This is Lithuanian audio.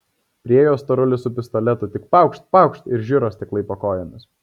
priėjo storulis su pistoletu tik paukšt paukšt ir žiro stiklai po kojomis